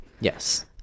Yes